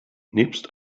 nebst